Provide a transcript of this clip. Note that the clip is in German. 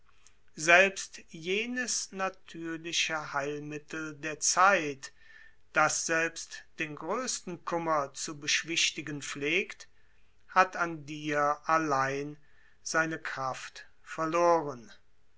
selbst jenes natürliche heilmittel der zeit das selbst den größten kummer zu beschwichtigen pflegt hat an dir allein seine kraft verloren